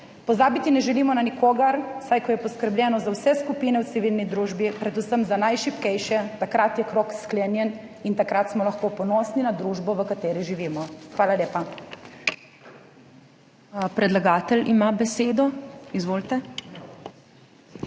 Pozabiti ne želimo na nikogar, saj ko je poskrbljeno za vse skupine v civilni družbi, predvsem za najšibkejše, takrat je krog sklenjen in takrat smo lahko ponosni na družbo, v kateri živimo. Hvala lepa. **PREDSEDNICA MAG.